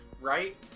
Right